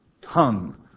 tongue